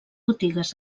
botigues